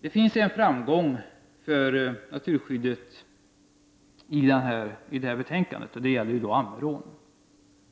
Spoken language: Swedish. Det finns en framgång för naturskyddet i det här betänkandet, och det gäller Ammerån.